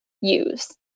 use